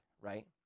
right